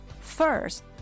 first